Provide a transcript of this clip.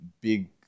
big